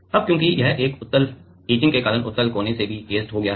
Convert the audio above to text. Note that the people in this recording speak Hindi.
अब क्योंकि यह १ उत्तल इचिंग के कारण उत्तल कोने से भी ऐचेड हो रहा है